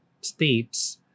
states